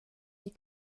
die